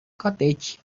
cottage